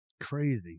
crazy